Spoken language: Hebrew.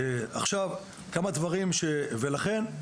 לכן,